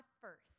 first